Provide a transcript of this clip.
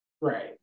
right